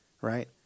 right